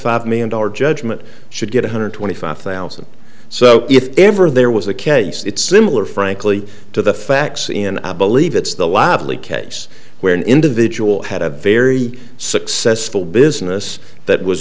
five million dollars judgment should get one hundred twenty five thousand so if ever there was a case it's similar frankly to the facts in i believe it's the laughably case where an individual had a very successful business that was